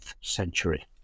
century